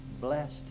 blessed